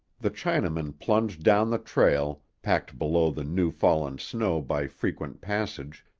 the chinaman plunged down the trail, packed below the new-fallen snow by frequent passage,